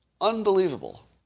Unbelievable